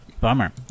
Bummer